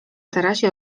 tarasie